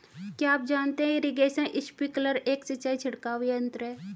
क्या आप जानते है इरीगेशन स्पिंकलर एक सिंचाई छिड़काव यंत्र है?